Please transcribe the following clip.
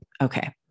Okay